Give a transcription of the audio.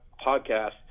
podcast